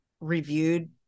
reviewed